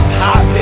hot